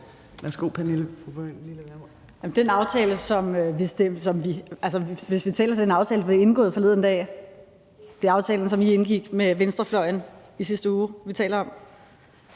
(NB): Taler vi om den aftale, der blev indgået forleden dag, altså den, som I indgik med venstrefløjen i sidste uge, eller taler vi